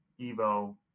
EVO